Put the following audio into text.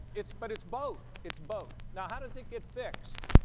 it's, but it's both. it's both. now how does it get fixed?